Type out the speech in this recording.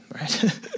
right